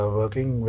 working